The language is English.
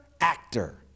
actor